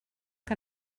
que